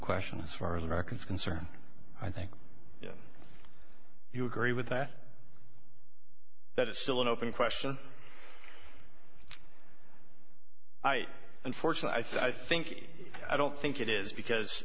question as far as americans are concerned i think you agree with that that it's still an open question unfortunately i think i don't think it is because